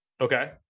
Okay